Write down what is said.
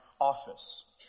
office